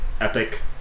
epic